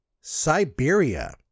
Siberia